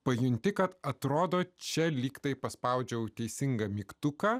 pajunti kad atrodo čia lyg tai paspaudžiau teisingą mygtuką